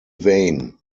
vain